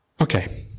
Okay